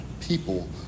people